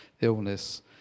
illness